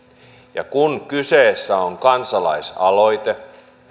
ja kun kyseessä on kansalaisaloite